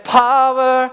power